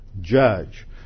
judge